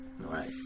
right